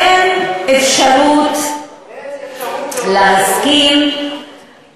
אין אפשרות, אין אפשרות לעודד טרור.